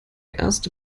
erste